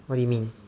what do you mean